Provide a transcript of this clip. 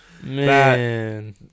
Man